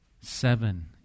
seven